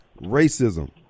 racism